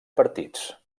partits